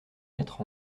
mettre